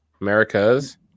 america's